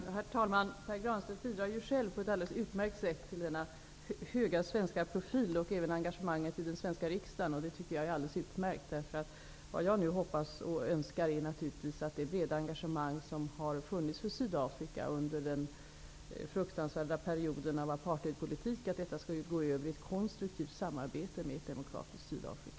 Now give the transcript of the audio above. Herr talman! Pär Granstedt bidrar ju själv på ett alldeles utmärkt sätt till denna höga svenska profil och även till engagemanget i den svenska riksdagen. Det tycker jag är helt utmärkt. Jag hoppas och önskar naturligtvis att det breda engagemang som har funnits för Sydafrika under den fruktansvärda perioden av apartheidpolitik skall gå över i ett konstruktivt samarbete med ett demokratiskt Sydafrika.